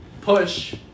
push